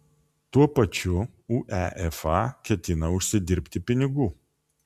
tuo pačiu uefa ketina užsidirbti pinigų